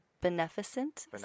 beneficent